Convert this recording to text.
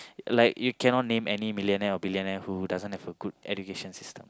like you cannot name any millionaire or billionaire who doesn't have a good education system